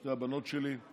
שתי הבנות שלי.